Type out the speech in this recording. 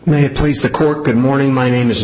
may please the court good morning my name is